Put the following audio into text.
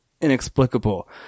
inexplicable